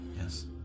Yes